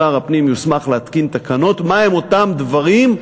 שר הפנים יוסמך להתקין תקנות מה הם אותם דברים,